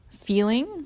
feeling